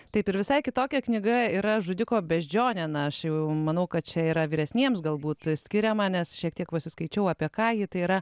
taip ir visai kitokia knyga yra žudiko beždžionė na aš jau manau kad čia yra vyresniems galbūt skiriama nes šiek tiek pasiskaičiau apie ką gi tai yra